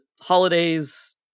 holidays